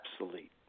obsolete